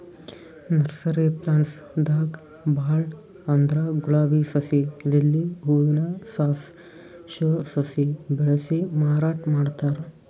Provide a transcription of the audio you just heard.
nursery plants ದಾಗ್ ಭಾಳ್ ಅಂದ್ರ ಗುಲಾಬಿ ಸಸಿ, ಲಿಲ್ಲಿ ಹೂವಿನ ಸಾಸ್, ಶೋ ಸಸಿ ಬೆಳಸಿ ಮಾರಾಟ್ ಮಾಡ್ತಾರ್